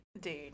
dude